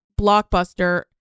blockbuster